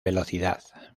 velocidad